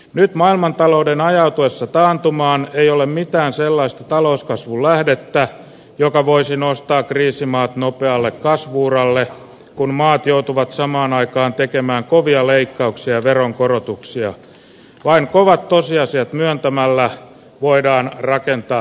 nyt maailmantalouden ajautuessa taantumaan ei ole mitään sellaista talouskasvulaitetta joka voisi nostaa kriisimaat nopealle kasvu uralle kun maat joutuvat samaan aikaan tekemään kovia leikkauksia ja veronkorotuksia vain kovat tosiasiat myöntämällä voidaan rakentaa